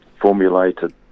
formulated